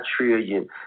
trillion